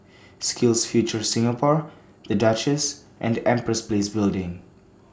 SkillsFuture Singapore The Duchess and The Empress Place Building